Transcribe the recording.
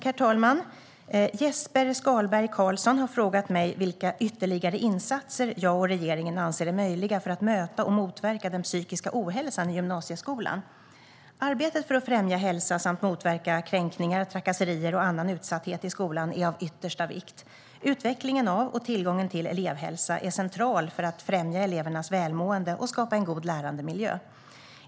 Herr talman! Jesper Skalberg Karlsson har frågat mig vilka ytterligare insatser jag och regeringen anser är möjliga för att möta och motverka den psykiska ohälsan i gymnasieskolan. Arbetet för att främja hälsa samt motverka kränkningar, trakasserier och annan utsatthet i skolan är av yttersta vikt. Utvecklingen av och tillgången till elevhälsa är central för att främja elevernas välmående och skapa en god lärandemiljö.